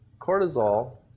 cortisol